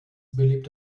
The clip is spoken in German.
belebt